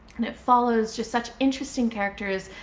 and it follows just such interesting characters,